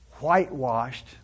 whitewashed